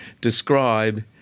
describe